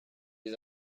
les